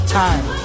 time